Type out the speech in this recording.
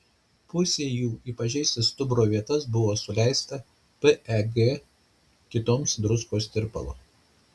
pusei jų į pažeistas stuburo vietas buvo suleista peg kitoms druskos tirpalo